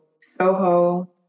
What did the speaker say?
Soho